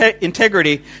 integrity